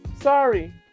sorry